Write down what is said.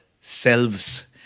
selves